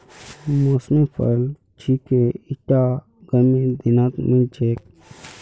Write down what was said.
मौसमी फल छिके ईटा गर्मीर दिनत मिल छेक